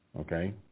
okay